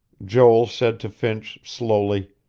joel said to finch slowly